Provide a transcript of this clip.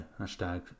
Hashtag